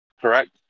correct